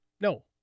No